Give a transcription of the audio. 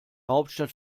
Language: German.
hauptstadt